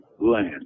land